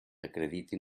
acreditin